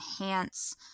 enhance